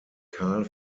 karl